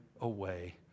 away